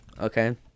okay